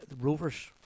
Rovers